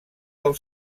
del